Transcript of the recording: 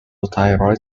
thyroid